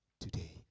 today